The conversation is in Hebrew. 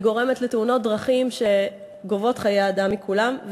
היא גורמת לתאונות דרכים שגובות חיי אדם מכולם,